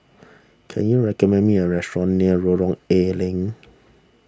can you recommend me a restaurant near Lorong A Leng